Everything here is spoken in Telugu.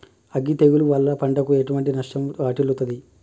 అగ్గి తెగులు వల్ల పంటకు ఎటువంటి నష్టం వాటిల్లుతది?